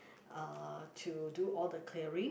uh to do all the clearing